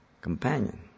Companion